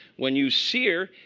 when you sear,